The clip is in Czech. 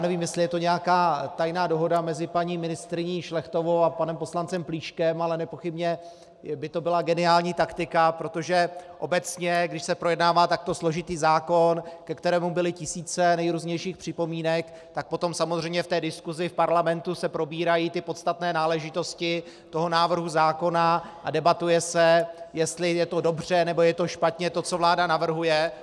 Nevím, jestli je to nějaká tajná dohoda mezi paní ministryní Šlechtovou a panem poslancem Plíškem, ale nepochybně by to byla geniální taktika, protože obecně když se projednává takto složitý zákon, ke kterému byly tisíce nejrůznějších připomínek, tak potom samozřejmě v diskusi v parlamentu se probírají podstatné náležitosti návrhu zákona a debatuje se, jestli je to dobře, nebo je to špatně to, co vláda navrhuje.